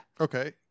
Okay